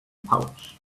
pouch